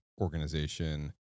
organization